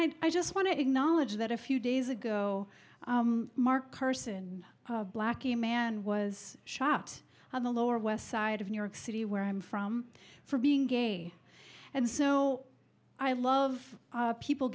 i just want to acknowledge that a few days ago mark carson black a man was shot on the lower west side of new york city where i'm from for being gay and so i love people